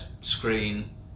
screen